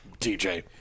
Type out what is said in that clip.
TJ